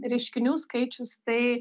reiškinių skaičius tai